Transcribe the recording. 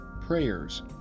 prayers